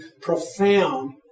profound